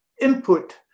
input